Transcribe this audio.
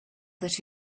that